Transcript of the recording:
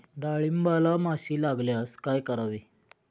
डाळींबाला माशी लागल्यास काय करावे?